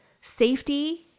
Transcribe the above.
safety